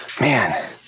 Man